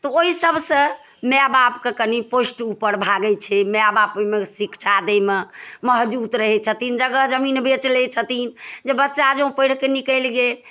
तऽ ओहि सबसँ माय बापके कनि पोस्ट उपर भागै छै माय बाप शिक्षा दै मे महजुद रहै छथिन जगह जमीन बेच लै छथिन जे बच्चा जॅं पढ़ि कऽ निकलि गेल